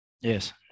Yes